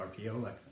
RPO